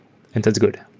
and that's good.